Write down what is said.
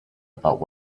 about